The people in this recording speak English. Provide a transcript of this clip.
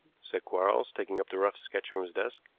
said quarles, taking up the rough sketch from his desk.